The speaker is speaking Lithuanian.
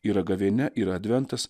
yra gavėnia yra adventas